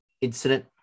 incident